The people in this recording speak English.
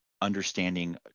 understanding